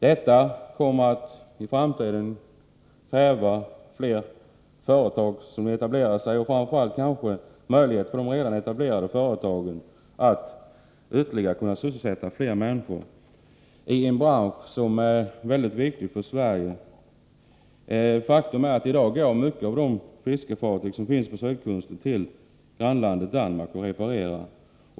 Det kräver att fler företag i framtiden etablerar sig där, men framför allt ger det redan etablerade företag möjlighet att sysselsätta ytterligare människor i en bransch som är mycket viktig för Sverige. Faktum är att många av fiskarna på sydkusten i dag reparerar sina fiskefartyg i grannlandet Danmark.